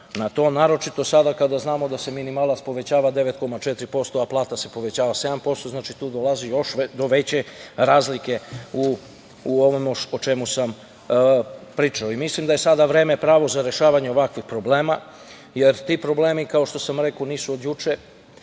na to, naročito sada kada znamo da se minimalac povećava 9,4%, a plata se povećava 7%, znači, tu dolazi do veće razlike u ovome o čemu sam pričali. Mislim da je sada vreme pravo za rešavanje ovakvih problema jer ti problemi, kao što sam rekao, nisu od juče,